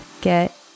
get